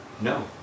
No